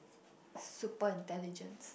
super intelligent